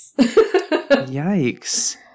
Yikes